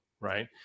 Right